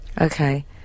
Okay